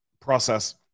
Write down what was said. process